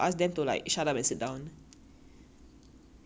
ya the prof is indirectly telling them to shut up and sit down lah